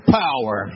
power